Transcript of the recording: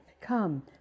Come